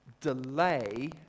Delay